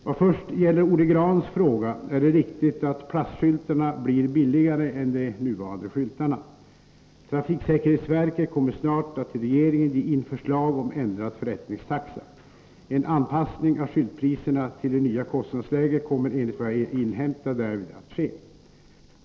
Vad först gäller Olle Grahns fråga är det riktigt att plastskyltarna blir billigare än de nuvarande skyltarna. Trafiksäkerhetsverket kommer snart att till regeringen ge in förslag om ändrad förrättningstaxa. En anpassning av skyltpriserna till det nya kostnadsläget kommer enligt vad jag inhämtat därvid att ske.